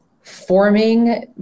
forming